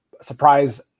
surprise